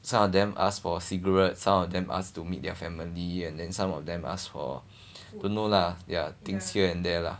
some of them ask for cigarettes some of them ask to meet their family and then some of them asked for don't know lah ya things here and there lah